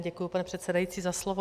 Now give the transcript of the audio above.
Děkuji, pane předsedající, za slovo.